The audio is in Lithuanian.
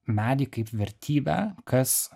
medį kaip vertybę kas